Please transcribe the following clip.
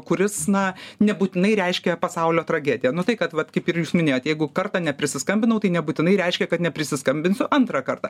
kuris na nebūtinai reiškia pasaulio tragediją nu tai kad vat kaip ir jūs minėjot jeigu kartą neprisiskambinau tai nebūtinai reiškia kad neprisiskambinsiu antrą kartą